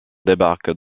débarquent